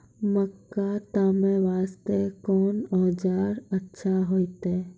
मक्का तामे वास्ते कोंन औजार अच्छा होइतै?